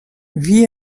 wie